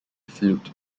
flute